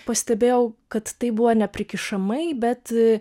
pastebėjau kad tai buvo neprikišamai bet